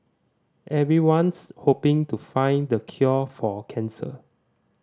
everyone's hoping to find the cure for cancer